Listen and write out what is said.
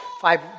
five